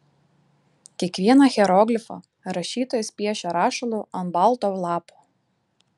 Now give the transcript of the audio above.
kiekvieną hieroglifą rašytojas piešia rašalu ant balto lapo